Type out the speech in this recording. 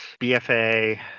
BFA